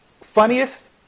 Funniest